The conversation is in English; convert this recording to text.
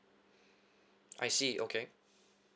I see okay